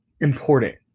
important